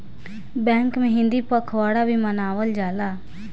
bank में हिंदी पखवाड़ा भी मनावल जाला